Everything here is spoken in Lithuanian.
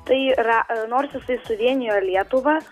tai ra nors jisai suvienijo lietuvą